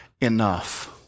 enough